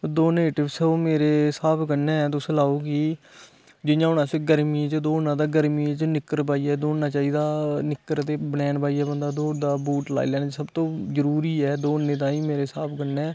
दौड़ने दे टिप्स ओह् मेरे स्हाब कन्नै तुस लाओ कि जि'यां हून असें गर्मियें च दौड़ना तां गर्मियें च निक्कर पाइयै दौड़ना चाहिदा निक्कर ते बनैन पाइयै बंदा दौड़दा बूट लाई लैने सब तों जरूरी ऐ दौड़ने ताईं मेरे स्हाब कन्नै